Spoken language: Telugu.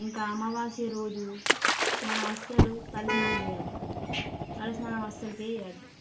ఇంకా అమావాస్య రోజు మనం అస్సలు తలస్నానం చేయొద్దు తలస్నానం అస్సలకే చేయొద్దు